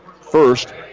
first